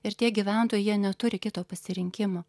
ir tie gyventojai jie neturi kito pasirinkimo